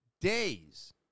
days